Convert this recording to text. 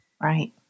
Right